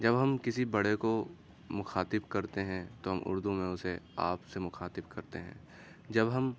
جب ہم کسی بڑے کو مخاطب کرتے ہیں تو ہم اردو میں اسے آپ سے مخاطب کرتے ہیں جب ہم